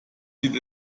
sieht